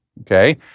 okay